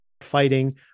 fighting